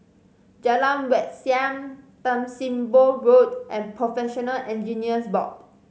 Jalan Wat Siam Tan Sim Boh Road and Professional Engineers Board